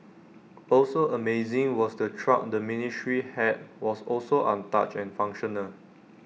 also amazing was the truck the ministry had was also untouched and functional